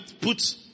put